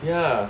yeah